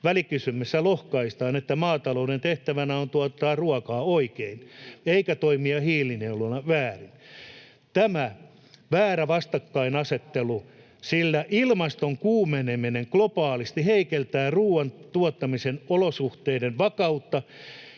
Välikysymyksessä lohkaistaan, että maatalouden tehtävänä on tuottaa ruokaa — oikein — eikä toimia hiilinieluna — väärin. Tämä on väärä vastakkainasettelu, sillä ilmaston kuumeneminen globaalisti heikentää ruuan tuottamisen olosuhteiden vakautta